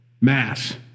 mass